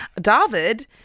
David